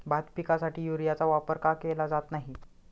भात पिकासाठी युरियाचा वापर का केला जात नाही?